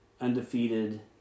undefeated